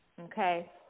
okay